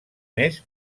mes